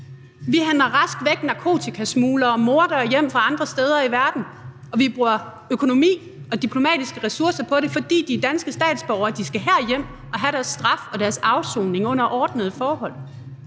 Vi forhandler raskvæk narkotikasmuglere og mordere hjem fra andre steder i verden, og vi bruger økonomi og diplomatiske ressourcer på det, fordi de er danske statsborgere. De skal her hjem og have deres straf og deres afsoning under ordnede forhold.